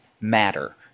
matter